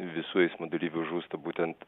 visų eismo dalyvių žūsta būtent